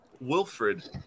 Wilfred